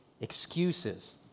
excuses